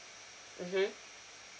mmhmm